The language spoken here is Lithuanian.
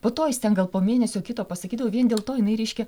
po to jis ten gal po mėnesio kito pasakydavo vien dėl to jinai reiškia